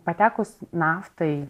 patekus naftai